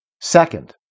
Second